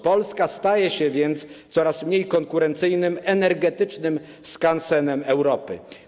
Polska staje się więc coraz mniej konkurencyjnym energetycznym skansenem Europy.